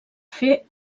fer